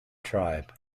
tribe